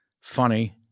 funny